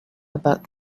about